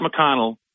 McConnell